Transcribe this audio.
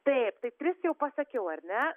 taip tai tris jau pasakiau ar ne